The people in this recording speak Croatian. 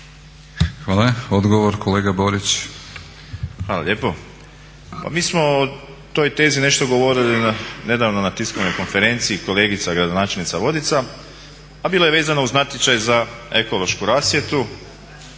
Borić. **Borić, Josip (HDZ)** Hvala lijepa. Pa mi smo o toj tezi nešto govorili nedavno na tiskovnoj konferenciji kolegica gradonačelnica Vodica, a bilo je vezano uz natječaj za ekološku rasvjetu.